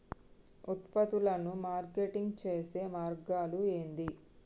ఉత్పత్తులను మార్కెటింగ్ చేసే మార్గాలు ఏంది?